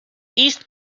east